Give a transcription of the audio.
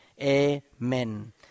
Amen